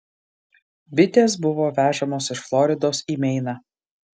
bitės buvo vežamos iš floridos į meiną